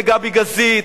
לגבי גזית,